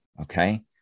Okay